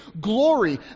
Glory